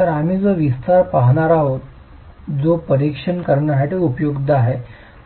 तर आम्ही जो विस्तार पाहणार आहोत जो परीक्षण करण्यासाठी उपयुक्त आहे